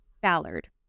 Ballard